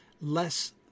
less